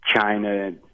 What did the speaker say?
China